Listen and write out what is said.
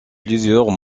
plusieurs